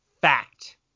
fact